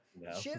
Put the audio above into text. no